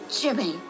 Jimmy